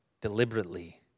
deliberately